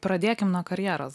pradėkim nuo karjeros